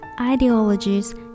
ideologies